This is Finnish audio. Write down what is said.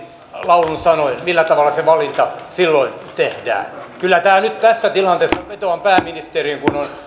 laulun sanoin se valinta silloin tehdään kyllä nyt tässä tilanteessa vetoan pääministeriin kun on